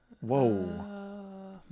Whoa